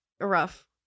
rough